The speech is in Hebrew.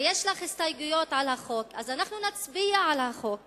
ויש לך הסתייגויות לחוק, אז אנחנו נצביע על החוק